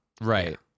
right